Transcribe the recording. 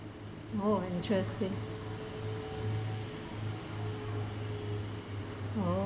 oh interesting oh